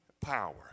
power